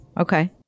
Okay